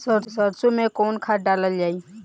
सरसो मैं कवन खाद डालल जाई?